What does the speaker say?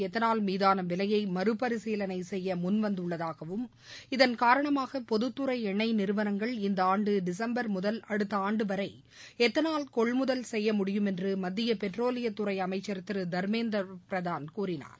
ethanol மீதான விலையை மறுபரிசீலனை செய்ய முன்வந்துள்ளதாகவும் இதன் காரணமாக பொதுத்துறை என்னெய் நிறுவனங்கள் இந்த ஆண்டு டிசம்பர் முதல் அடுத்த ஆண்டு வரை எத்தனால் கொள்முதல் செய்ய முடியும் என்று மத்திய பெட்ரோலியத்துறை அமைச்சர் திரு தர்மேந்திர பிரதான் கூறினார்